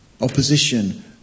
opposition